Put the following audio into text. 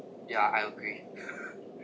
ya I agree